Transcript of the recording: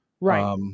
Right